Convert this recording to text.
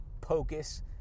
pocus